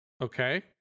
Okay